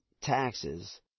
taxes